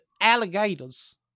alligators